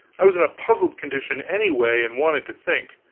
i was in a puzzled condition, anyway, and wanted to think.